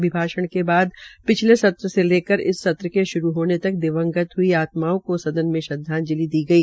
अभिभाषण के बाद पिछले सत्र से लेकर इस सत्र के श्रू होने तक दिवंगत हई आत्माओं को सदन में श्रद्वाजंलि दी गई